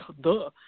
duh